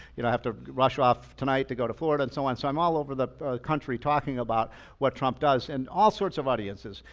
you know i have to rush off tonight to go to florida and so on. so i'm all over the country talking about what trump does in and all sorts of audiences,